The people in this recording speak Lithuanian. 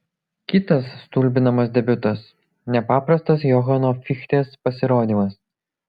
kitas stulbinamas debiutas nepaprastas johano fichtės pasirodymas